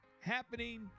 happening